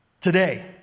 today